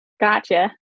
Gotcha